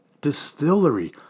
distillery